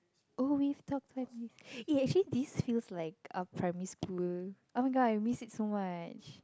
oh we have talk time eh actually this feels like a primary school oh-my-god I miss it so much